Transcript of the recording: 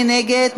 מי נגד?